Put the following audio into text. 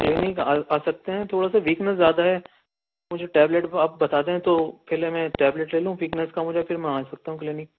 clinic آ سکتے ہیں تھوڑا سا ویکنیس زیادہ ہے مجھے ٹیبلیٹ تو آپ بتا دیں تو پہلے میں ٹیبلیٹ لے لوں ویکنیس کم ہو جائے پھر میں آ سکتا ہوں کلینک